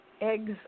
eggs